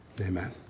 Amen